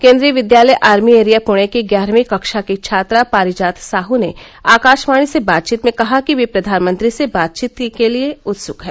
केंद्रीय Vidyalaya army area Pune की ग्यारहवीं कक्षा की छात्रा पारिजात साहू ने आकाशवाणी से बातचीत में कहा कि वे प्रधानमंत्री से बातचीत के लिए बहुत उत्सुक हैं